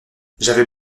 j’avais